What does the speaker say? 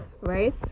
Right